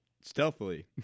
stealthily